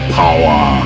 power